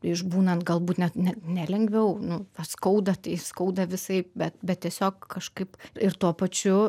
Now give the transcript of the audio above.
išbūnant galbūt net ne ne lengviau nu skauda tai skauda visaip bet bet tiesiog kažkaip ir tuo pačiu